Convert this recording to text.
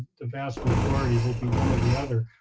the vast majority will be one or the other.